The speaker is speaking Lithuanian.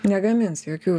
negamins jokių